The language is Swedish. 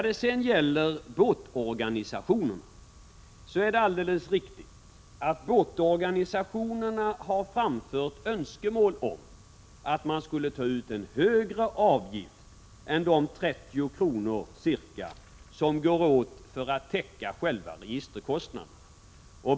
Det är alldeles riktigt att båtorganisationerna har framfört önskemål om att man skulle ta ut en högre avgift än de ca 30 kr. som går åt för att täcka själva registerkostnaderna.